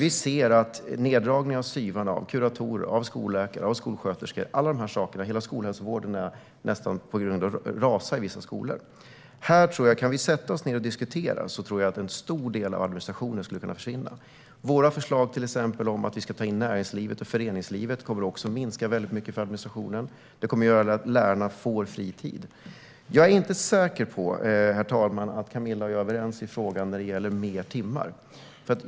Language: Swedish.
Vi ser neddragningen av SYV:ar, kuratorer, skolläkare och skolsköterskor. Hela skolhälsovården är nästan på väg att rasa i vissa skolor. Kan vi sätta oss ned och diskutera tror jag att en stor del av administrationen skulle kunna försvinna. Våra förslag om att till exempel ta in näringslivet och föreningslivet kommer också att minska väldigt mycket på administrationen. Det kommer att göra att lärarna får fri tid. Jag är inte säker, herr talman, på att Camilla och jag är överens i frågan om fler timmar.